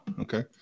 Okay